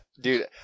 dude